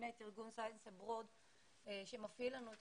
באמת ארגון Science Abroad שמפעיל לנו את